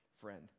friend